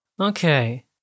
Okay